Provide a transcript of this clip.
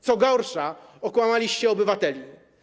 Co gorsza, okłamaliście obywateli.